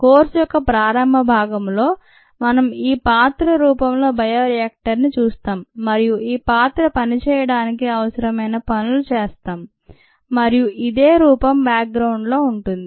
course యొక్క ప్రారంభ భాగంలో మనం ఈ పాత్ర రూపంలో బయోరియాక్టర్ ని చూస్తాం మరియు ఈ పాత్ర పనిచేయటానికి అవసరమైన పనులు చేస్తాం మరియు ఇదే రూపం బ్యాక్ గ్రౌండ్ లో ఉంటుంది